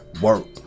work